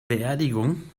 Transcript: beerdigung